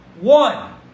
One